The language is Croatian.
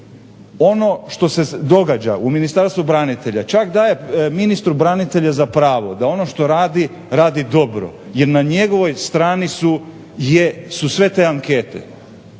ono što se događa u Ministarstvu branitelja čak daje ministru branitelja za pravo da ono što radi, radi dobro jer na njegovoj strani su sve te ankete